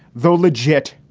though legit,